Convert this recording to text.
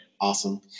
awesome